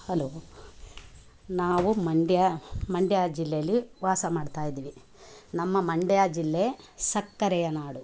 hello ನಾವು ಮಂಡ್ಯ ಮಂಡ್ಯ ಜಿಲ್ಲೆಯಲ್ಲಿ ವಾಸ ಮಾಡ್ತಯಿದ್ದೀವಿ ನಮ್ಮ ಮಂಡ್ಯ ಜಿಲ್ಲೆ ಸಕ್ಕರೆಯ ನಾಡು